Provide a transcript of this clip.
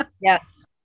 Yes